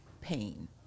pain